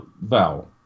vowel